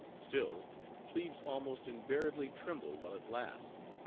still plebes almost invariably tremble while it lasts,